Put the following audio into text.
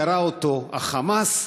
ירה אותו ה"חמאס",